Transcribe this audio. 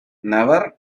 never